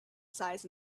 size